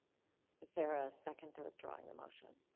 is there a second to withdrawing the motion?